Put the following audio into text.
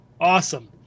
Awesome